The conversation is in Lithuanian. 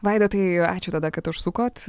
vaida tai ačiū tada kad užsukot